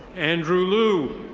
andrew lue.